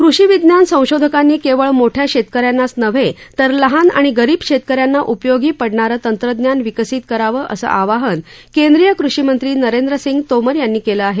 कृषीविज्ञान संशोधकांनी केवळ मोठ्या शेतक यांनाच नव्हे तर लहान आणि गरीब शेतक यांना उपयोगी पडणारं तंत्रज्ञान विकसित करावं असं आवाहन केंद्रीय कृषीमंत्री नरेंद्र सिंग तोमर यांनी केलं आहे